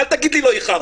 אל תגיד לי שלא איחרת.